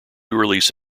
release